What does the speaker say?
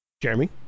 Jeremy